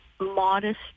modest